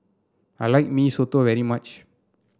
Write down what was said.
I like Mee Soto very much